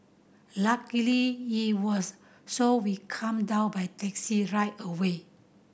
luckily it was so we come down by taxi right away